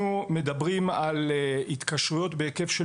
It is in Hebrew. אנחנו מדברים על התקשרויות בהיקף של